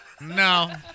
No